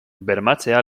bermatzea